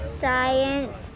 Science